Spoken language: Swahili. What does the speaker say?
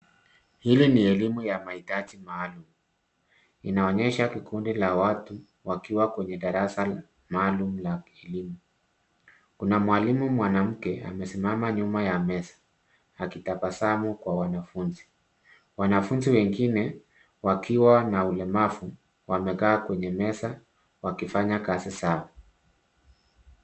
Hii ni elimu ya mahitaji maalum. Inaonyesha kikundi cha watu wakiwa kwenye darasa maalum la kielimu. Kuna mwalimu mwanamke amesimama nyuma ya meza akitabasamu kwa wanafunzi. Wanafunzi wengine wakiwa na ulemavu wamekaa kwenye meza wakifanya kazi zao.